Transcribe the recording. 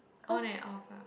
on and off ah